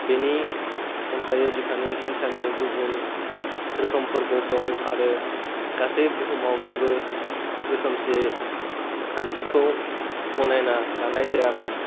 बेनि अनगायै बिखानि कैन्सरनि गुबुन रोखोमफोरबो दं आरो गासै बुहुमाव जेबो रोखोमसे खानथिखौ गनायना लानाय जायाखै